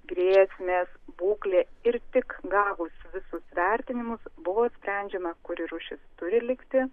grėsmės būklė ir tik gavus visus vertinimus buvo sprendžiama kuri rūšis turi likti